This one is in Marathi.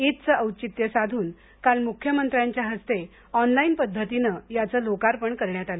ईदचे औचित्य साधून काल मुख्यमंत्र्यांच्या हस्ते ऑनलाईन पद्धतीने याच लोकार्पण करण्यात आले